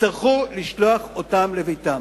יצטרכו לשלוח אותם לביתם.